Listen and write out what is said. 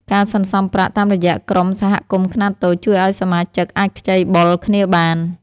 ការសន្សំប្រាក់តាមរយៈក្រុមសហគមន៍ខ្នាតតូច ជួយឱ្យសមាជិកអាចខ្ចីបុលគ្នាបាន។